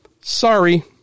sorry